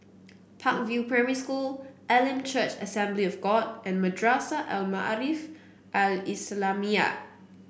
Park View Primary School Elim Church Assembly of God and Madrasah Al Maarif Al Islamiah